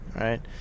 Right